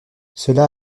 cela